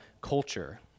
culture